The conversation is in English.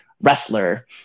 wrestler